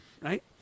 right